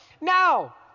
Now